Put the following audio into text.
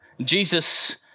Jesus